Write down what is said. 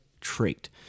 trait